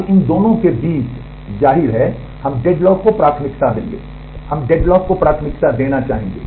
अब इन दोनों के बीच जाहिर है हम डेडलॉक को प्राथमिकता देंगे हम डेडलॉक को प्राथमिकता देना चाहेंगे